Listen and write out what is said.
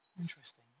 Interesting